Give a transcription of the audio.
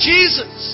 Jesus